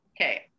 okay